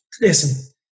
listen